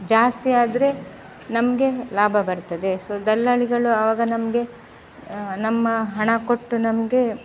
ಜಾಸ್ತಿ ಆದರೆ ನಮಗೆ ಲಾಭ ಬರ್ತದೆ ಸೊ ದಲ್ಲಾಳಿಗಳು ಆವಾಗ ನಮಗೆ ನಮ್ಮ ಹಣ ಕೊಟ್ಟು ನಮಗೆ